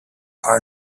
our